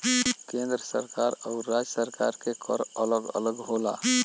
केंद्र सरकार आउर राज्य सरकार के कर अलग अलग होला